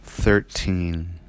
Thirteen